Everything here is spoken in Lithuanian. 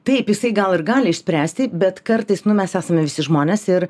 taip jisai gal ir gali išspręsti bet kartais nu mes esame visi žmonės ir